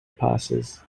passes